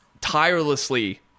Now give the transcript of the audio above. tirelessly